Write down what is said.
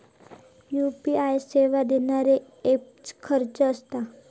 UPI सेवा देणारे app खयचे आसत?